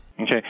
Okay